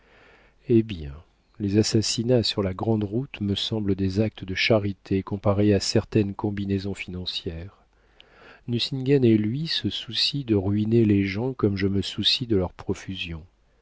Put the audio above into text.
hé bien les assassinats sur la grande route me semblent des actes de charité comparés à certaines combinaisons financières nucingen et lui se soucient de ruiner les gens comme je me soucie de leurs profusions